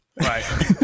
Right